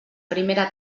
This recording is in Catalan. primera